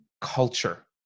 culture